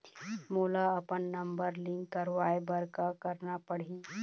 मोला अपन number link करवाये बर का करना पड़ही?